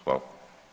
Hvala.